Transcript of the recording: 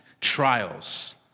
trials